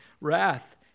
Wrath